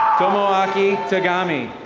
tomoaki tagami.